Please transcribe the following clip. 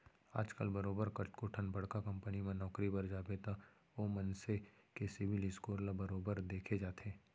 आजकल बरोबर कतको ठन बड़का कंपनी म नौकरी बर जाबे त ओ मनसे के सिविल स्कोर ल बरोबर देखे जाथे